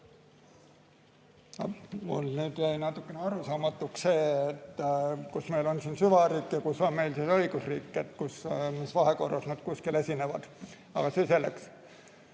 Mulle jäi natukene arusaamatuks, kus meil on siin süvariik ja kus on meil siis õigusriik ja mis vahekorras nad kuskil esinevad. Aga see selleks.